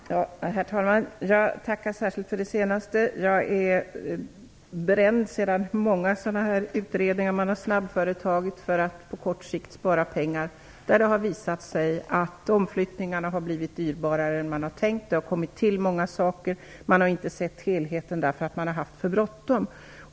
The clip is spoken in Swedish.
Herr talman! Jag tackar särskilt för det senaste beskedet. Jag är bränd efter många andra sådana här utredningar som man har genomfört snabbt för att på kort sikt spara pengar. Det har sedan visat sig att omflyttningarna har blivit dyrare än vad man hade tänkt. Det har kommit till många saker. Man har inte sett helheten, eftersom man har haft för bråttom.